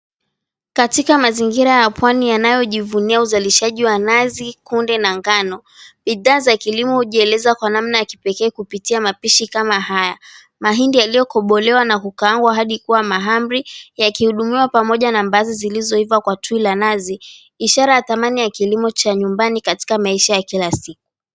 Katika mazingira ya pwani yanayojivunia uzalishaji wa nazi kunde na ngano, bidhaa za kilimo hujieleza kwa namna ya kipekee kupitia mapishi kama haya. Mahindi yaliyokobolewa na kukaangwa hadi kuwa mahamri yakihudumiwa pamoja na mbaazi zilizoiva kwa tui la nazi, ishara ya kilimo cha nyumbani katika maisha ya kila siku.